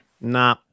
Nah